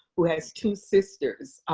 who has two sisters,